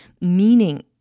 meaning